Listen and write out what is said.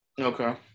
Okay